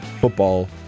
football